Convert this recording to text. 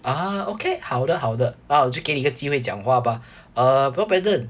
ah okay 好的好的那我就给你一个机会讲话吧 uh well brandon